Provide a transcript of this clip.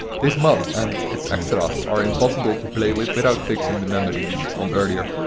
this mod and it's extra's are impossible to play with, without fixing the memory leak from earlier.